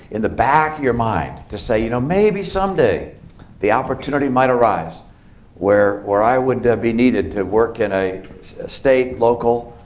in the back of your mind, to say, you know maybe someday the opportunity might arise where where i would be needed to work in a state, local,